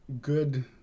good